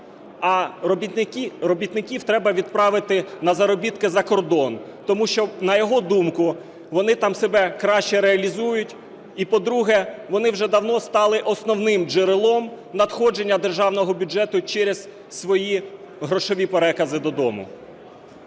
а робітників треба відправити на заробітки за кордон, тому що, на його думку, вони там себе краще реалізують. І по-друге, вони вже давно стали основним джерелом надходжень державного бюджету через свої грошові перекази додому.